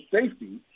safety